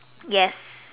yes